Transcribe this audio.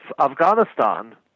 Afghanistan